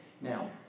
Now